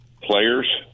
players